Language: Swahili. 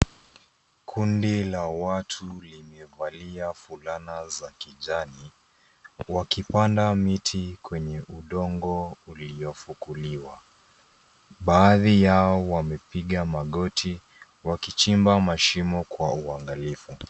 Kundi la watu limevalia fulana za kijani, wakipanda miti kwenye udongo, uliofukuliwa, baadhi yao wamepiga magoti, wakichimba mashimo kwa uangalifu.